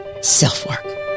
self-work